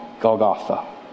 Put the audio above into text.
Golgotha